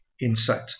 insight